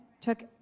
took